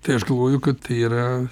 tai aš galvoju kad tai yra